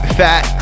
fat